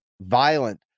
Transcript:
violent